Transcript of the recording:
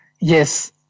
yes